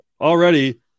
already